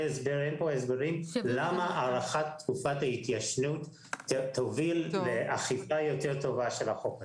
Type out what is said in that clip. הסבר למה הארכת תקופת ההתיישנות תוביל לאכיפה טובה יותר של החוק הזה.